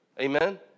Amen